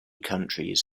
countries